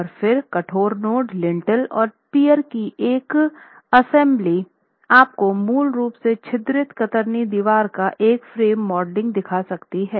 और फिर कठोर नोड लिंटल्स और पियर्स की एक असेंबली आपको मूल रूप से छिद्रित कतरनी दीवार का एक फ्रेम मॉडलिंग दिखा सकती है